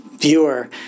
viewer